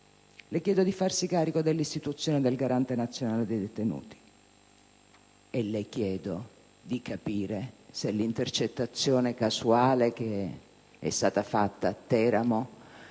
Le chiedo di farsi carico, inoltre, dell'istituzione del Garante nazionale dei detenuti e le chiedo di capire se l'intercettazione casuale fatta a Teramo